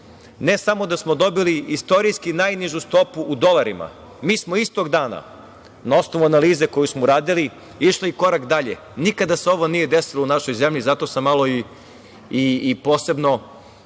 ne samo da smo dobili istorijski najnižu stopu u dolarima, mi smo istog dana, na osnovu analize koju smo uradili, išli i korak dalje, nikada se ovo nije desilo u našoj zemlji, zato sam malo i posebno